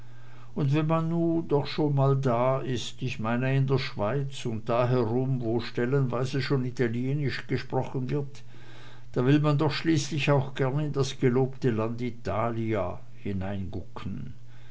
aber wenn man nu doch mal da ist ich meine in der schweiz und da herum wo sie stellenweise schon italienisch sprechen da will man doch schließlich auch gern in das gelobte land italia